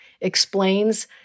explains